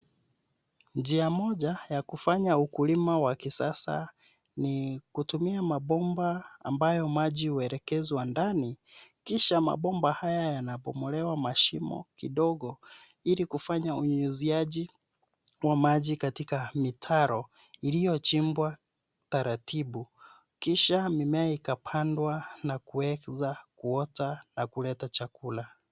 Njia moja ya kufanya ukulima wa kisasa ni kutumia mabomba ambayo maji huelekezwa ndani, kisha mabomba haya yanabomolewa mashimo kidogo ili kufanya unyunyiziaji wa maji katika mitaro iliyochimbwa taratibu, kisha mimea ikapandwa na kuweza kuota na kuleta chakula.